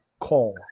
call